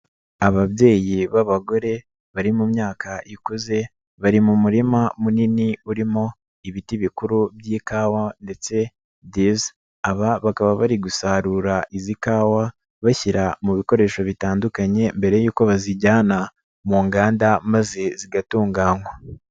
Ababyeyi b'abagore bari mu myakakuze, bari mu murima munini urimo ibiti bikuru by'ikawa ndetse bakaba bari gusarura izi kawa bashyira mu bikoresho bitandukanye, mbere y'uko bazijyana mu nganda zigatunganywa.